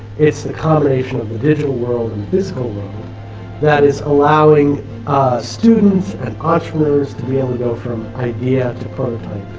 it's the combination of the digital world and physical world that is allowing students and entrepreneurs to be able to go from ideas to prototype.